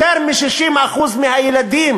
יותר מ-60% מהילדים